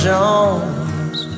Jones